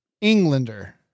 Englander